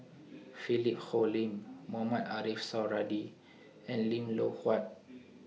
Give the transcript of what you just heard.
Philip Hoalim Mohamed Ariff Suradi and Lim Loh Huat